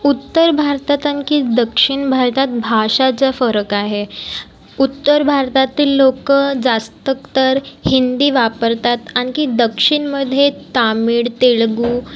उत्तर भारतात आणखी दक्षिण भारतात भाषाचा फरक आहे उत्तर भारतातील लोकं जास्त तर हिंदी वापरतात आणखी दक्षिणमध्ये तामिळ तेलगू